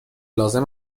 لازم